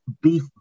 beef